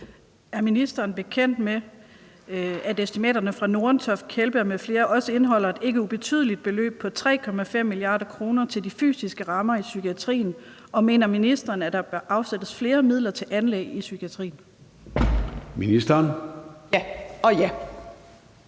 Er ministeren bekendt med, at estimaterne fra Nordentoft, Kjellberg m.fl. også indeholder et ikke ubetydeligt beløb på 3,5 mia. kr. til de fysiske rammer i psykiatrien, og mener ministeren, at der bør afsættes flere midler til anlæg i psykiatrien? Kl.